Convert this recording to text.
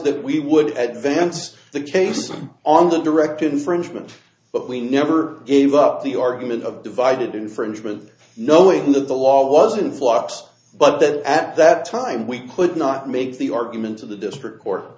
that we would advance the case on the direct infringement but we never gave up the argument of divided infringement knowing that the law was in flux but that at that time we could not make the argument to the district co